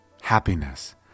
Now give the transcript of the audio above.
happiness